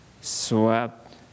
swept